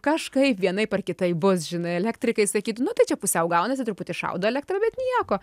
kažkaip vienaip ar kitaip bus žinai elektrikai sakytų nu tai čia pusiau gaunasi truputį šaudo elektrą bet nieko